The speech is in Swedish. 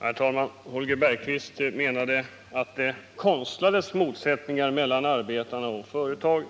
Herr talman! Holger Bergqvist menade att det uppstod konstlade motsättningar mellan arbetarna och företagen.